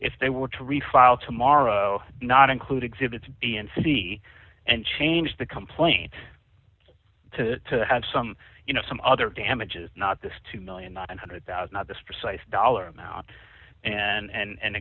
if they were to refile tomorrow not include exhibits b and c and change the complaint to have some you know some other damages not this two million one hundred thousand at this precise dollar amount and